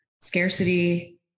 scarcity